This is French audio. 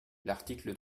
l’article